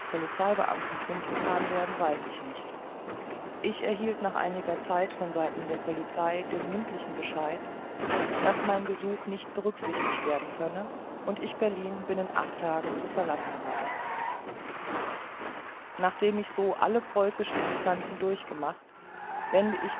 polizeibeamten kund gethan werden weiß ich nicht ich erhielt nach einiger zeit von seiten der polizei den mündlichen bescheid daß mein gesuch nicht berücksichtigt werden könne und ich berlin binnen acht tagen zu verlassen habe nachdem ich so alle preußische instanzen durchgemacht wende ich